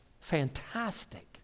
fantastic